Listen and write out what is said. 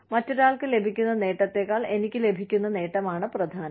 മറ്റൊരാൾക്ക് ലഭിക്കുന്ന നേട്ടത്തേക്കാൾ എനിക്ക് ലഭിക്കുന്ന നേട്ടമാണ് പ്രധാനം